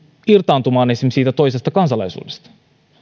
irtaantumaan esimerkiksi siitä toisesta kansalaisuudesta